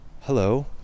hello